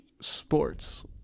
sports